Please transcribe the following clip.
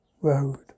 Road